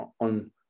on